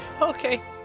okay